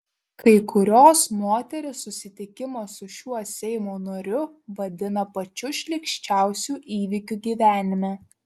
kai kurios moterys susitikimą su šiuo seimo nariu vadina pačiu šlykščiausiu įvykiu gyvenime